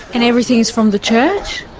and everything is from the church?